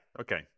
okay